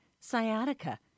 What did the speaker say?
sciatica